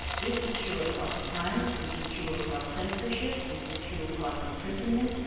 this is true across time. this is true across censorship. this is true across imprisonment,